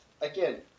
again